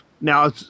Now